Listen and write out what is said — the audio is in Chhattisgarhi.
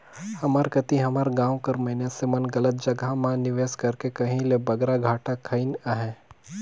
हमर कती हमर गाँव कर मइनसे मन गलत जगहा म निवेस करके कहे ले बगरा घाटा खइन अहें